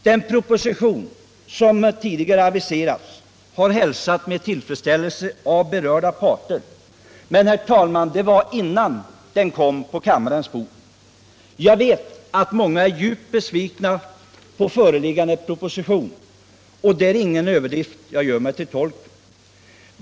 Den proposition som tidigare aviserats har hälsats med tillfredsställelse av berörda parter, men, herr talman, det var innan den kom på kammarens bord. Jag vet att många är djupt besvikna på föreliggande proposition, så det är ingen överdrift jag gör mig till tolk för.